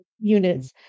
units